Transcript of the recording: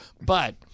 But-